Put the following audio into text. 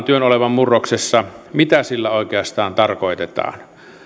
työn olevan murroksessa mitä sillä oikeastaan tarkoitetaan